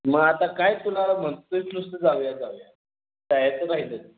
मग आता काय कुणाला म्हणतो आहेस नुसतं जाऊया जाऊया जायचं राहिलं